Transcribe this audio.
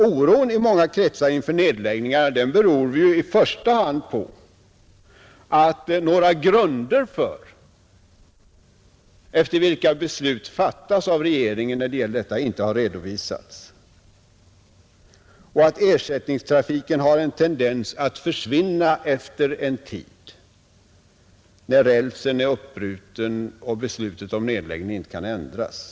Oron i många kretsar inför nedläggningarna beror i första hand på att några grunder, efter vilka beslut fattas av regeringen i dessa fall, inte har redovisats och att ersättningstrafiken har en tendens att försvinna efter en tid — när rälsen är uppbruten och beslutet om nedläggning inte kan ändras.